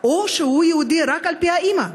האימא או שהוא יהודי רק על פי האבא,